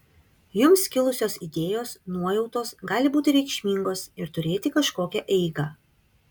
jums kilusios idėjos nuojautos gali būti reikšmingos ir turėti kažkokią eigą